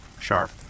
sharp